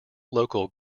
local